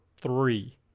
three